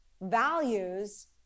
values